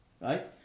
right